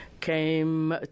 came